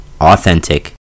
authentic